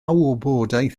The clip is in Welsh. wybodaeth